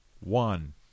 one